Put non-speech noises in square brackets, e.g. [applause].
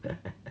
[laughs]